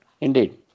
Indeed